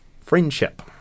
friendship